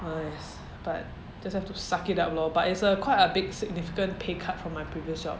!hais! but just have to suck it up lor but it's a quite a big significant pay cut from my previous job